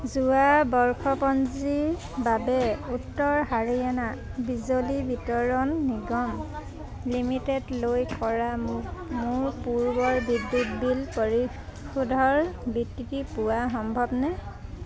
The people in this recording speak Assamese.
যোৱা বৰ্ষপঞ্জীৰ বাবে উত্তৰ হাৰিয়ানা বিজলী বিতৰণ নিগম লিমিটেডলৈ কৰা মোৰ পূৰ্বৰ বিদ্যুৎ বিল পৰিশোধৰ বিবৃতি পোৱা সম্ভৱনে